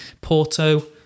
Porto